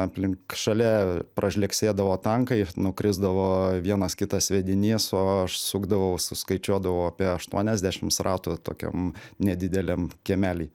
aplink šalia pražlegsėdavo tankai nukrisdavo vienas kitas sviedinys o aš sukdavau suskaičiuodavau apie aštuoniasdešims ratų tokiam nedideliam kiemely